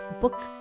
Book